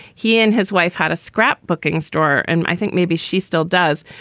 he and his wife had a scrapbooking store. and i think maybe she still does.